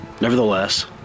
Nevertheless